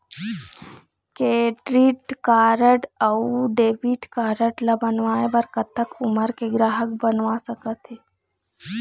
Credit card अऊ debit card ला बनवाए बर कतक उमर के ग्राहक बनवा सका थे?